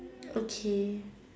okay